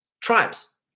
tribes